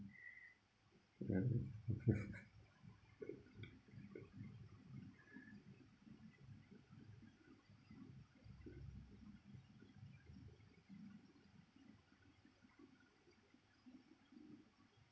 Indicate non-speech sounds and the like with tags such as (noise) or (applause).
yeah (laughs)